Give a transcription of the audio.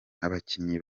abakinnyi